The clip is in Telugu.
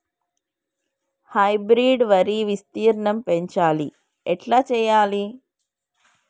హైబ్రిడ్ వరి విస్తీర్ణం పెంచాలి ఎట్ల చెయ్యాలి?